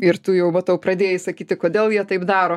ir tu jau matau pradėjai sakyti kodėl jie taip daro